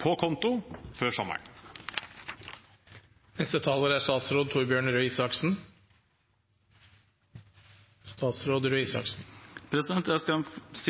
på konto før sommeren? Jeg skal si